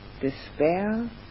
despair